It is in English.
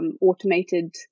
automated